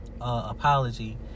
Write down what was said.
apology